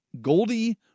Goldie